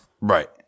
Right